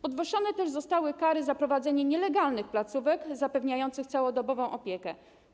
Podwyższone też zostały kary za prowadzenie nielegalnych placówek zapewniających całodobową opiekę.